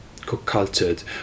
co-cultured